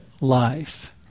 life